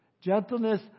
Gentleness